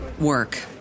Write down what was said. work